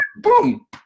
boom